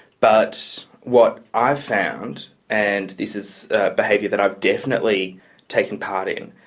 but what i found and this is behaviour that i've definitely taken part in,